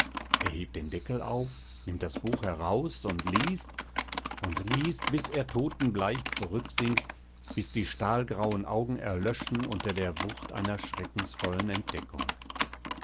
hebt den deckel auf nimmt das buch heraus und liest und liest bis er totenbleich zurücksinkt bis die stahlgrauen augen erlöschen unter der wucht einer schreckensvollen entdeckung